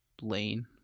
lane